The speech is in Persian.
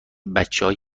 بچههای